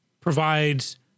provides